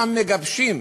ושם מגבשים.